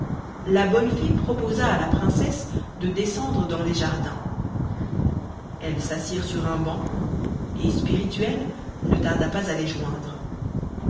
la bonne fée proposa à la princesse de descendre dans les jardins elles s'assirent sur un banc et sprirituel ne tarda pas à les joindre